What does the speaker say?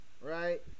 right